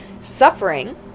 suffering